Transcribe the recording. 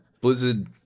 Blizzard